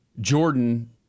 Jordan